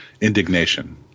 indignation